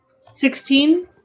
Sixteen